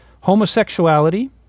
homosexuality